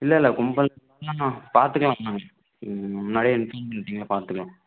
இல்லை இல்லை கும்பல் பார்த்துக்கலாம் வாங்க முன்னாடியே இன்ஃபார்ம் பண்ணிட்டிங்கள்ல பார்த்துக்கலாம்